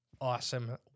Awesome